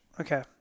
Okay